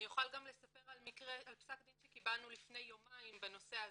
אני יכולה לספר על פסק דין שקיבלנו לפני יומיים בנושא הזה,